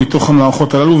מהמערכות הללו,